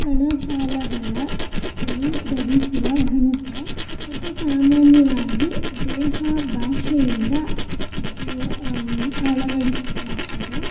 ಕಣಕಾಲುಗಳ ಸುತ್ತಲೂ ಧರಿಸುವ ಘಂಟೆ ಮತ್ತು ಸಾಮಾನ್ಯವಾಗಿ ದೇಹ ಭಾಷೆಯಿಂದ ಇದು ಅಳವಡಿಸಿಕೊಳ್ತಾರೆ